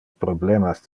problemas